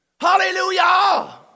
Hallelujah